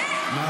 הצבעה.